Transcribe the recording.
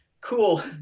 cool